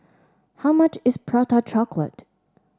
how much is Prata Chocolate